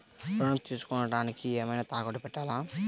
ఋణం తీసుకొనుటానికి ఏమైనా తాకట్టు పెట్టాలా?